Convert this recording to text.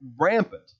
rampant